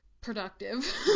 productive